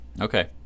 Okay